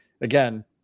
again